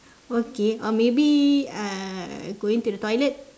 okay or maybe uh going to the toilet